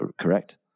correct